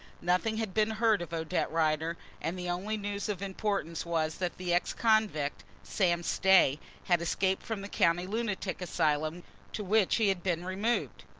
nothing had been heard of odette rider, and the only news of importance was that the ex-convict, sam stay, had escaped from the county lunatic asylum to which he had been removed.